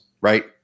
right